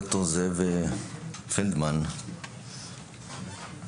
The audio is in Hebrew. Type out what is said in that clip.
ד"ר זאב פלדמן, בבקשה.